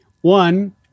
One